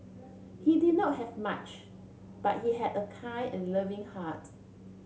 he did not have much but he had a kind and loving heart